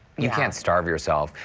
you can't starve yourself.